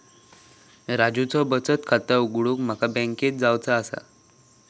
राजूचा बचत खाता उघडूक माका बँकेत जावचा हा